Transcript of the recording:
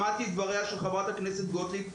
שמעתי את דבריה של חברת הכנסת גוטליב,